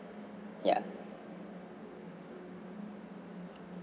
ya